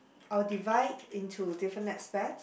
I will divide into different aspect